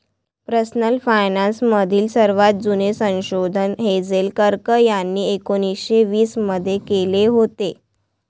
personal finance मधील सर्वात जुने संशोधन हेझेल कर्क यांनी एकोन्निस्से वीस मध्ये केले होते